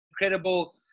incredible